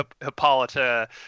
hippolyta